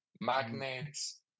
magnets